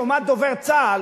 לעומת דובר צה"ל,